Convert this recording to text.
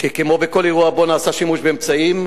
כי כמו בכל אירוע שבו נעשה שימוש באמצעים